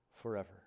forever